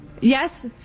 Yes